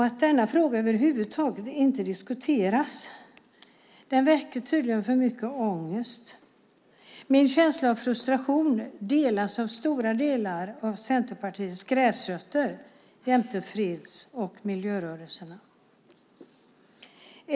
Att denna fråga över huvud taget inte diskuteras beror tydligen på att den väcker för mycket ångest. Min känsla av frustration delas av stora delar av Centerpartiets gräsrötter jämte freds och miljörörelserna.